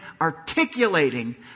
articulating